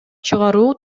чыгаруу